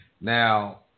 Now